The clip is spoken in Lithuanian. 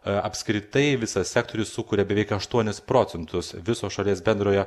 apskritai visas sektorius sukuria beveik aštuonis procentus viso šalies bendrojo